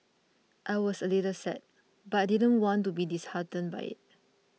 I was a little sad but I didn't want to be disheartened by it